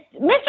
Mr